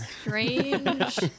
strange